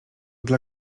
dla